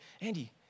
Andy